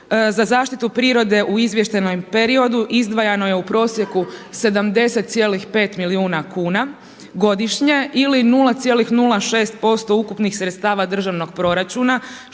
Za zaštitu prirode u izvještajnom periodu izdvajano je u prosjeku 70,5 milijuna kuna godišnje ili 0,06% ukupnih sredstava državnog proračuna